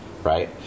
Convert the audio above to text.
Right